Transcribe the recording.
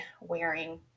wearing